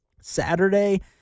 Saturday